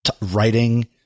writing